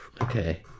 Okay